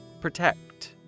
Protect